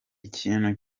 ikintu